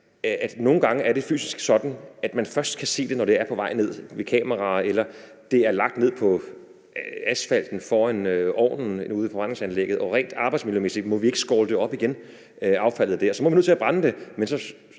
nogle gange fysisk er sådan, at man først kan se det, når det er på vej ned, altså ved hjælp af kameraer, eller hvis det er lagt ned på asfalten foran ovnen ude på forbrændingsanlægget, og rent arbejdsmiljømæssigt må vi ikke skovle affaldet der op igen. Så er man nødt til at brænde det,